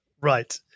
Right